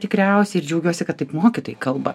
tikriausiai ir džiaugiuosi kad taip mokytojai kalba